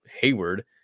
hayward